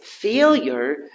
Failure